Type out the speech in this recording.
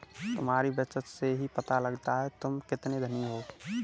तुम्हारी बचत से ही पता लगता है तुम कितने धनी हो